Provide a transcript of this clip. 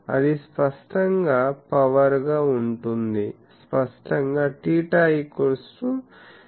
అది స్పష్టంగా పవర్ గా ఉంటుంది స్పష్టంగా θ 0 వద్ద ఉంటుంది